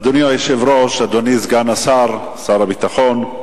אדוני היושב-ראש, אדוני סגן השר, שר הביטחון,